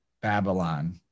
Babylon